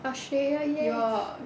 australia yes